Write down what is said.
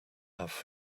have